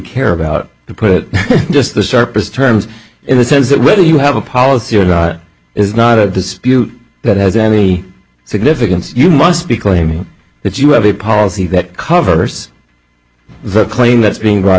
care about to put it just the surface terms in the sense that whether you have a policy or not is not a dispute that has any significance you must be claiming that you have a policy that covers the claim that's being brought